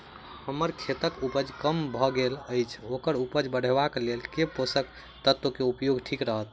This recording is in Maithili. हम्मर खेतक उपज कम भऽ गेल अछि ओकर उपज बढ़ेबाक लेल केँ पोसक तत्व केँ उपयोग ठीक रहत?